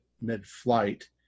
mid-flight